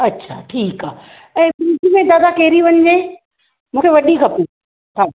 अछा ठीकु आहे ऐं फ़्रिज में दादा कहिड़ी वञे मूंखे वॾी खपे हा